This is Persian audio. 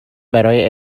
برای